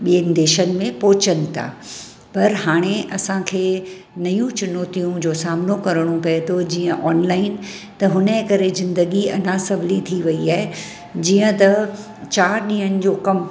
ॿियनि देशनि में पहुचनि था पर हाणे असांखे नयूं चुनौतियूं जो सामनो करणो पए थो जीअं ऑनलाइन त हुनजे करे जिंदगी अञा सवली थी वई ऐं जीअं त चारि ॾींहंनि जो कमु